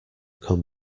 come